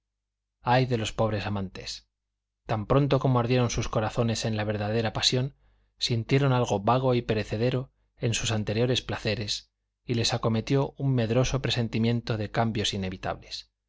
ay de los pobres amantes tan pronto como ardieron sus corazones en la verdadera pasión sintieron algo vago y perecedero en sus anteriores placeres y les acometió un medroso presentimiento de cambios inevitables